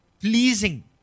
pleasing